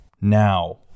now